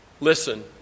Listen